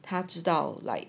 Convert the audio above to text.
他知道 like